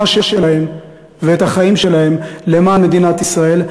שלהם ואת החיים שלהם למען מדינת ישראל,